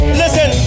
listen